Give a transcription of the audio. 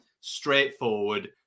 straightforward